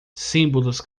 símbolos